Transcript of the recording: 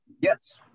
Yes